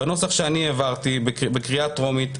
בנוסח שאני העברתי בקריאה טרומית,